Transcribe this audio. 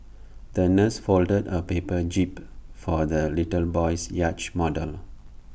the nurse folded A paper jib for the little boy's yacht model